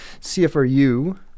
CFRU